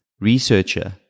researcher